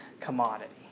commodity